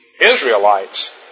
Israelites